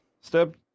step